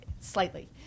slightly